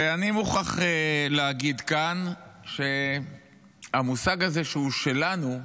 ואני מוכרח להגיד כאן שהמושג הזה, "הוא שלנו",